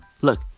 look